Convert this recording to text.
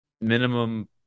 minimum